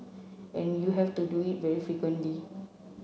and you have to do it very frequently